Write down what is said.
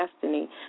destiny